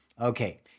Okay